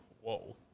whoa